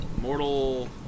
Mortal